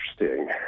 Interesting